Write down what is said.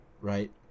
Right